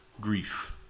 grief